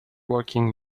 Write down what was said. working